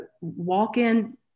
walk-in